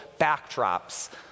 backdrops